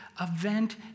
event